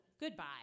goodbye